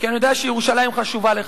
כי אני יודע שירושלים חשובה לך,